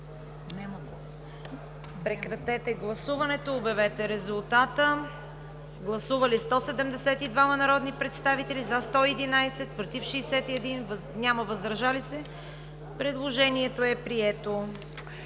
Прекратете гласуването и обявете резултата. Гласували 143 народни представители: за 105, против 38, въздържали се няма. Предложението е прието.